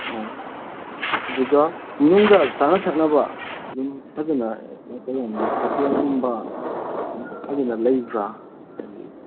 ꯎꯝ ꯑꯗꯨꯒ ꯃꯅꯨꯡꯗ ꯆꯥꯅ ꯊꯛꯅꯕ ꯑꯗꯨꯝ ꯐꯖꯅ ꯀꯩ ꯍꯥꯏꯅꯤ ꯍꯣꯇꯦꯜꯒꯨꯝꯕ ꯑꯗꯨꯝ ꯐꯖꯅ ꯂꯩꯕ꯭ꯔꯥ ꯍꯥꯏꯗꯤ